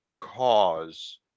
cause